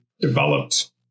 developed